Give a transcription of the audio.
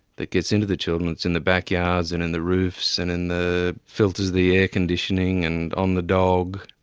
that gets into the children, it's in the backyards and in the roofs and in the filters of the air conditioning and on the dog,